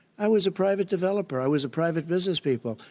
i was a private developer. i was a private business people.